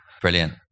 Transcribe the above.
Brilliant